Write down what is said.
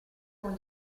con